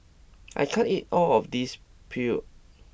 I can't eat all of this Pho